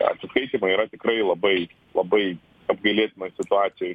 atsiskaitymai yra tikrai labai labai apgailėtinoj situacijoj